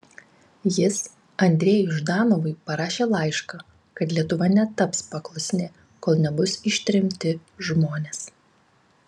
jis andrejui ždanovui parašė laišką kad lietuva netaps paklusni kol nebus ištremti žmonės